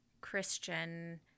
christian